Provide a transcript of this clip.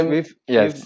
Yes